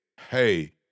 hey